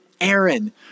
Aaron